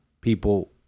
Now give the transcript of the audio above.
people